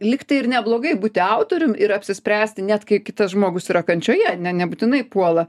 likti ir neblogai būti autorium ir apsispręsti net kai kitas žmogus yra kančioje ne nebūtinai puola